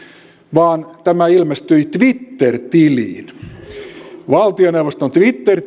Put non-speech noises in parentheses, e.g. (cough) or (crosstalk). vaan tämä ilmestyi twitter tilille valtioneuvoston twitter (unintelligible)